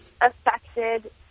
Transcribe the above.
affected